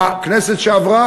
בכנסת שעברה,